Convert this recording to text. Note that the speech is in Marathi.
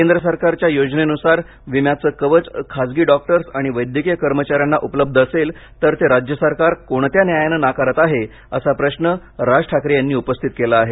केंद्र सरकारच्या योजनेन्सार विम्याचं कवच खासगी डॉक्टर्स आणि वैद्यकीय कर्मचाऱ्यांना उपलब्ध असेल तर ते राज्य सरकार कोणत्या न्यायाने नाकारत आहे असा प्रश्न राज ठाकरे यांनी उपस्थित केला आहे